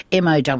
MOW